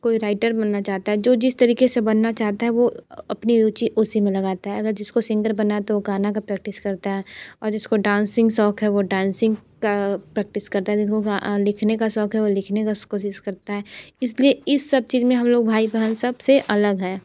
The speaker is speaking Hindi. कोई राइटर बनना चाहता है जो जिस तरीक़े से बनना चाहता है वो अपनी रूचि उसी में लगाता है अगर जिसको सिंगर बनना है तो वो गाने की प्रैक्टिस करता है और जिसको डांसिंग शौक़ है वो डांसिंग की प्रैक्टिस करता है का लिखने का शौक है वो लिखने का कोशिश करता है इस लिए इस सब चीज़ में हम लोग भाई बहन सब से अलग हैं